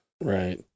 Right